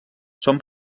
són